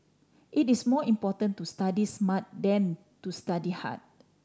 it is more important to study smart than to study hard